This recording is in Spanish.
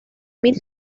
mil